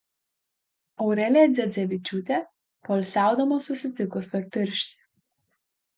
aurelija dzedzevičiūtė poilsiaudama susitiko storpirštį